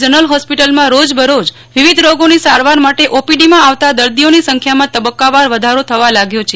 general હોસ્પિટલમાં રોજ બ રોજ વિવિધ રોગોની સારવાર માટે ઓપીડીમાં આવતાં દર્દીઓની સંખ્યામાં તબક્કાવાર વધારો થવા લાગ્યો છે